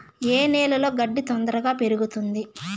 ఏ నేలలో గడ్డి తొందరగా పెరుగుతుంది